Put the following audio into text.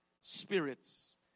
spirits